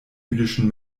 jüdischen